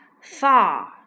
far